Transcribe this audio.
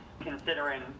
considering